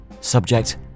Subject